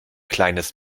kleines